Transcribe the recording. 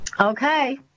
okay